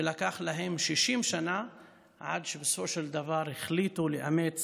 ולקח להן 60 שנה עד שבסופו של דבר החליטו לאמץ